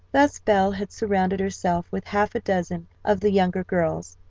thus belle had surrounded herself with half a dozen of the younger girls,